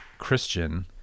Christian